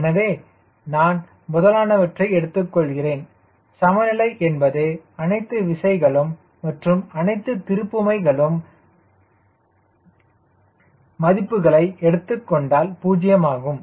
எனவே நான் முதலானவற்றை எடுத்துக் கொள்கிறேன் சமநிலை என்பது அனைத்து விசைகளும் மற்றும் அனைத்து திருப்புமைகளும் மதிப்புகளை எடுத்துக்கொண்டால் 0 ஆகும்